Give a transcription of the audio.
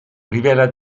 rivela